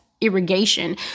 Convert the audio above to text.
irrigation